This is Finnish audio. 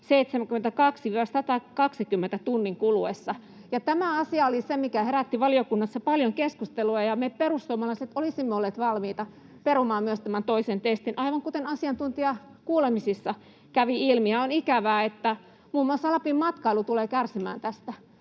72—120 tunnin kuluessa. Tämä asia oli se, mikä herätti valiokunnassa paljon keskustelua, ja me perussuomalaiset olisimme olleet valmiita perumaan myös tämän toisen testin, aivan kuten asiantuntijakuulemisissa kävi ilmi. Ja on ikävää, että muun muassa Lapin-matkailu tulee kärsimään tästä.